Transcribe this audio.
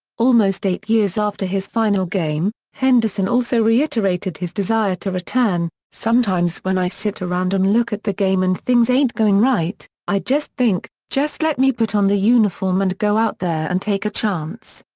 almost eight years after his final game, henderson also reiterated his desire to return sometimes when i sit around and um look at the game and things ain't going right, i just think, just let me put on the uniform and go out there and take a chance.